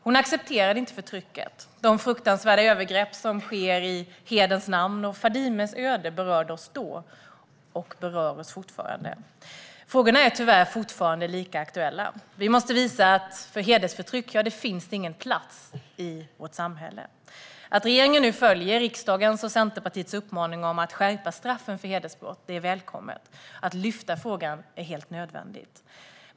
Hon accepterade inte förtrycket och de fruktansvärda övergrepp som sker i hederns namn. Fadimes öde berörde oss då och berör oss fortfarande. Tyvärr är frågorna fortfarande lika aktuella. Vi måste visa att det inte finns någon plats för hedersförtryck i vårt samhälle. Att regeringen nu följer riksdagens och Centerpartiets uppmaning att skärpa straffen för hedersbrott är välkommet. Att lyfta upp frågan är helt nödvändigt.